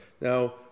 Now